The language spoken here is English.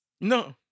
No